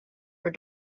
for